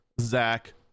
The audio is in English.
Zach